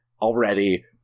already